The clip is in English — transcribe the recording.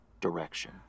direction